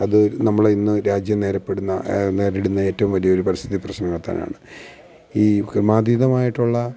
അത് നമ്മൾ ഇന്ന് രാജ്യം നേരപ്പെടുന്ന നേരിടുന്ന ഏറ്റവും വലിയൊരു പരിസ്ഥിതി പ്രശ്നം തന്നെയാണ് ഈ ക്രമാധീതമായിട്ടുള്ള